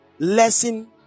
lesson